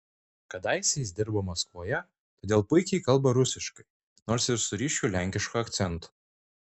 kadaise jis dirbo maskvoje todėl puikiai kalba rusiškai nors ir su ryškiu lenkišku akcentu